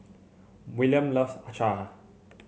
Willam loves Acar